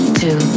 two